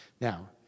Now